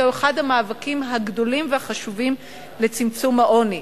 זהו אחד המאבקים הגדולים והחשובים לצמצום העוני.